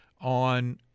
on